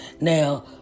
Now